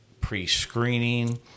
pre-screening